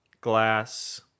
glass